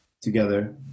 together